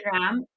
Instagram